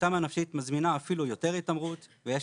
שמצוקתם הנפשית מזמינה אפילו יותר התעמרות ויש